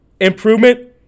Improvement